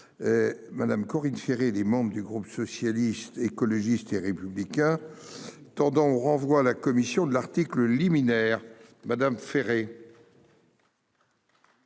Madame Corinne des membres du groupe socialiste, écologiste et républicain. Tendant au renvoi la commission de l'article liminaire Madame Ferré.